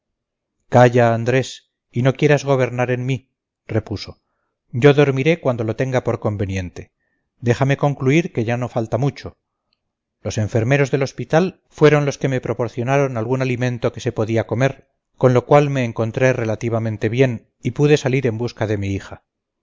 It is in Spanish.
calla andrés y no quieras gobernar en mí repuso yo dormiré cuando lo tenga por conveniente déjame concluir que ya no falta mucho los enfermeros del hospital fueron los que me proporcionaron algún alimento que se podía comer con lo cual me encontré relativamente bien y pude salir en busca de mi hija